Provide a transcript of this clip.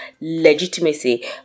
legitimacy